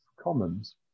Commons